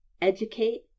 educate